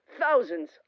thousands